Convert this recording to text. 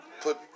put